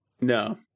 No